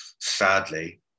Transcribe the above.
sadly